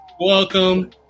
Welcome